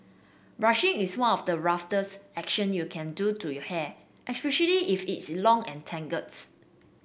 brushing is one of the roughest action you can do to your hair especially if its long and tangles